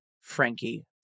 Frankie